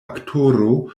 aktoro